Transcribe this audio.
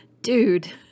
Dude